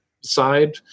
side